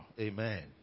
Amen